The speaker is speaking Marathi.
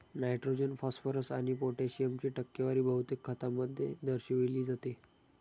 नायट्रोजन, फॉस्फरस आणि पोटॅशियमची टक्केवारी बहुतेक खतांमध्ये दर्शविली जाते